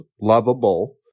lovable